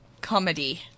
comedy